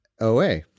OA